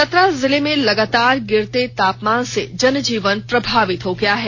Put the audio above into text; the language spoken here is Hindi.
चतरा जिले में लगातार गिरते तापमान से जनजीवन प्रभावित हो गया है